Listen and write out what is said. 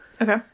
Okay